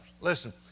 Listen